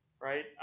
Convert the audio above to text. right